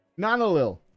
Nanolil